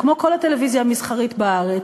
כמו כל הטלוויזיה המסחרית בארץ,